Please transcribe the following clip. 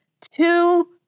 Two